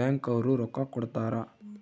bank ಅವ್ರು ರೊಕ್ಕ ಕೋಡತರಾ